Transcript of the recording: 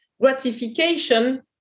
gratification